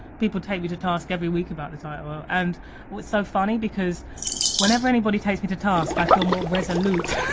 people take me to task every week about the title and what's so funny because whenever anybody takes me to task i feel more resolute